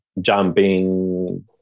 jumping